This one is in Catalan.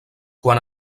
quan